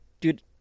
Dude